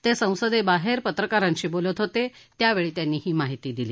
ते संसदे बाहेर पत्रकारांशी बोलत होते त्यावेळी त्यांनी ही माहिती दिली